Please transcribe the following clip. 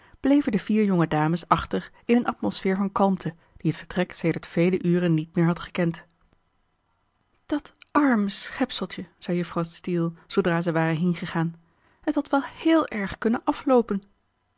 bleven de vier jonge dames achter in een atmosfeer van kalmte die het vertrek sedert vele uren niet meer had gekend dat arme schepseltje zei juffrouw steele zoodra zij waren heengegaan het had wel héél erg kunnen afloopen